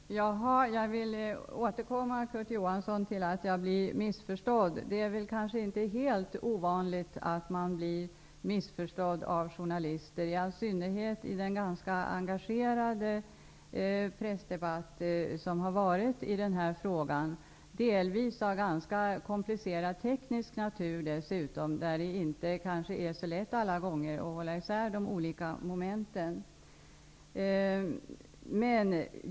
Herr talman! Jag vill återkomma till att jag ofta blir missförstådd. Det är väl inte helt ovanligt att man blir missförstådd av journalister, i all synnerhet i den ganska engagerade pressdebatt som har förts i den här frågan. Frågan är dessutom delvis av rätt så komplicerad teknisk natur. Det är kanske inte så lätt alla gånger att hålla isär de olika momenten.